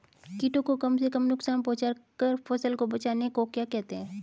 कीटों को कम से कम नुकसान पहुंचा कर फसल को बचाने को क्या कहते हैं?